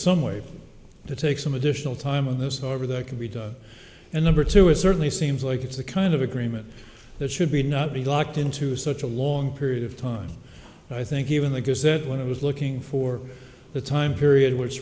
some way to take some additional time on this over there can be done and number two it certainly seems like it's the kind of agreement that should be not be locked into such a long period of time i think even that is that when i was looking for the time period which